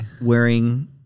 wearing